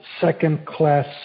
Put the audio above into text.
second-class